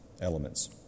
elements